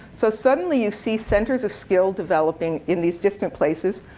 so suddenly, you see centers of skill developing in these distant places.